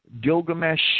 Gilgamesh